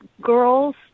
girls